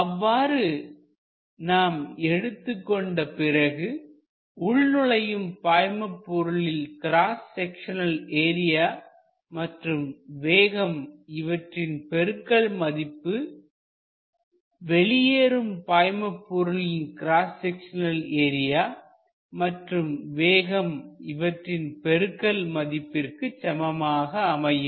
அவ்வாறு நாம் எடுத்து கொண்ட பிறகு உள் நுழையும் பாய்மபொருளின் கிராஸ் செக்சநல் ஏரியா மற்றும் வேகம் இவற்றின் பெருக்கல் மதிப்பு வெளியேறும் பாய்மபொருளின் கிராஸ் செக்சநல் ஏரியா மற்றும் வேகம் இவற்றின் பெருக்கல் மதிப்பிற்கு சமமாக அமையும்